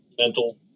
mental